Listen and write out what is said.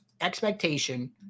expectation